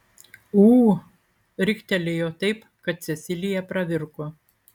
ū riktelėjo taip kad cecilija pravirko